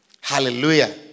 Hallelujah